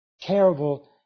terrible